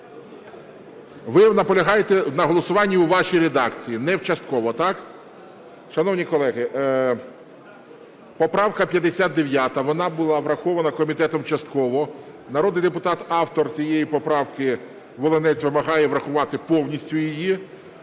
Ви наполягаєте на голосуванні у вашій редакції, не в частково, так? Шановні колеги, поправка 59. Вона була врахована комітетом частково, народний депутат автор цієї поправки Волинець вимагає врахувати повністю її.